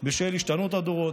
בשל השתנות הדורות,